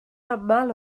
aml